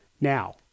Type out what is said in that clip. Now